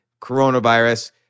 Coronavirus